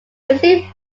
usually